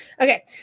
Okay